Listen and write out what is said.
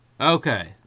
Okay